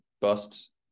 Busts